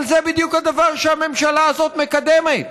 אבל זה בדיוק הדבר שהממשלה הזאת מקדמת,